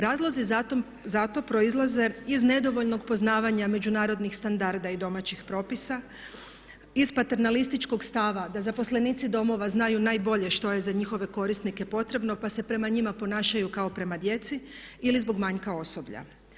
Razlozi za to proizlaze iz nedovoljnog poznavanja međunarodnih standarda i domaćih propisa, iz paternalističkog stava da zaposlenici domova znaju najbolje što je za njihove korisnike potrebno, pa se prema njima ponašaju kao prema djeci ili zbog manjka osoblja.